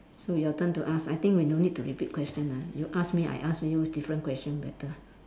so your turn to ask I think we no need to repeat question ah you ask me I ask you different question better